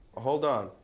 hold on.